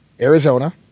arizona